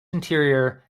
interior